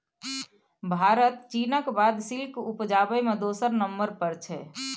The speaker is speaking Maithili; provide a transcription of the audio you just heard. भारत चीनक बाद सिल्क उपजाबै मे दोसर नंबर पर छै